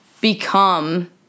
become